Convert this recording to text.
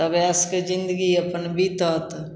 तब एशके जिन्दगी अपन बितत